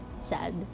Sad